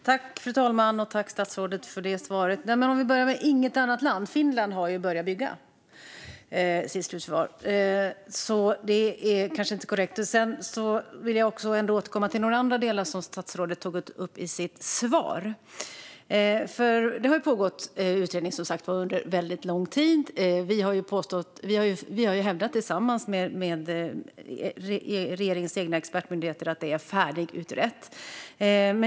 Fru talman! Tack, statsrådet, för det svaret! Vi kan börja med det här med att inget annat land har löst det. Finland har ju börjat bygga sitt slutförvar. Det är alltså kanske inte korrekt. Jag vill även återkomma till några andra delar som statsrådet tog upp i sitt svar. Det har som sagt pågått en utredning under väldigt lång tid. Vi har tillsammans med regeringens egna expertmyndigheter hävdat att det hela är färdigutrett.